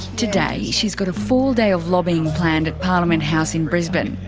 today, she's got a full day of lobbying planned at parliament house in brisbane.